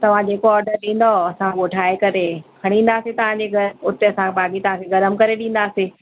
तव्हां जेको ऑडर ॾींदव असां उहो ठाहे करे खणी ईंदासीं तव्हांजे घरु उते असां भाॼी तव्हांखे गरमु करे ॾींदासीं